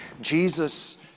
Jesus